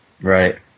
Right